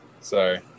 Sorry